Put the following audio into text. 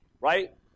right